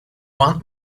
want